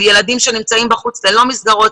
על ילדים שנמצאים בחוץ ללא מסגרות.